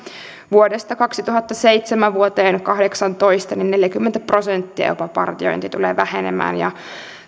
vuodesta kaksituhattaseitsemän vuoteen kahdeksantoista jopa neljäkymmentä prosenttia partiointi tulee vähenemään